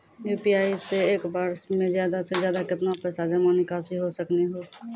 UPI से एक बार मे ज्यादा से ज्यादा केतना पैसा जमा निकासी हो सकनी हो?